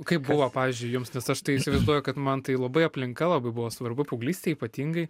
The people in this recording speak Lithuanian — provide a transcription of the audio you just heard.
kaip buvo pavyzdžiui jums nes aš tai įsivaizduoju kad man tai labai aplinka labai buvo svarbu paauglystėj ypatingai